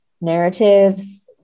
narratives